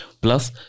Plus